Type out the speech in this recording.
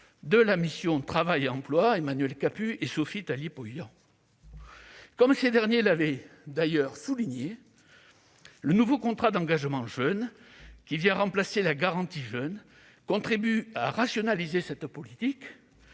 de la mission « Travail et emploi », Emmanuel Capus et Sophie Taillé-Polian. Comme ces derniers l'avaient d'ailleurs souligné, le nouveau contrat d'engagement jeune, qui remplace la garantie jeunes, contribue à rationaliser cette politique,